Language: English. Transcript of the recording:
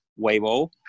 Weibo